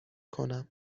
کنم